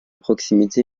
proximité